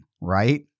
right